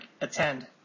attend